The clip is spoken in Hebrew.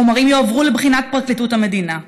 החומרים יועברו לבחינת פרקליטות המדינה.